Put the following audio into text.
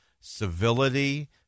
civility